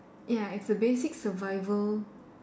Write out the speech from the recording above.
ya it's a basic survival